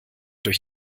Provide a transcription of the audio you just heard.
durch